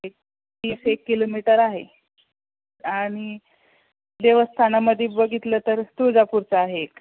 एक तीस एक किलोमीटर आहे आणि देवस्थानामध्ये बघितलं तर तुळजापूरचं आहे एक